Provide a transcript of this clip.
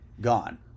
gone